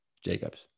Jacobs